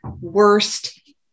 worst